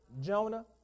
Jonah